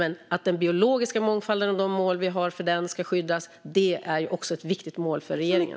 Men att den biologiska mångfalden och de mål vi har för den ska skyddas är också ett viktigt mål för regeringen.